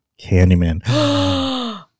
Candyman